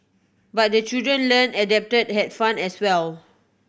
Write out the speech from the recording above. but the children learnt adapted had fun as well